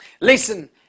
Listen